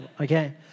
okay